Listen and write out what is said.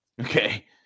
okay